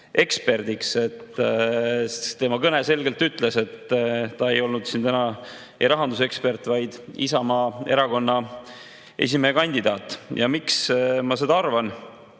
eksperdiks. Tema kõne selgelt [väljendas], et ta ei olnud siin täna rahandusekspert, vaid Isamaa Erakonna esimehe kandidaat. Ja miks ma seda